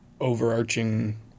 overarching